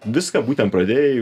viską būtent pradėjai